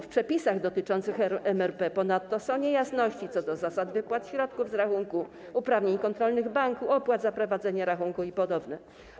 W przepisach dotyczących MRP ponadto są niejasności co do zasad wypłat środków z rachunku, uprawnień kontrolnych banku, opłat za prowadzenie rachunku i podobne.